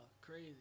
crazy